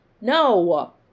No